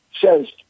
says